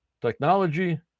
technology